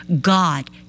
God